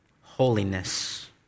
holiness